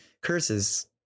curses